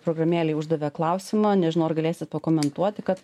programėlei uždavė klausimą nežinau ar galėsit pakomentuoti kad